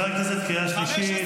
חבר הכנסת, קריאה שלישית.